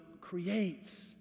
creates